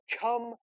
come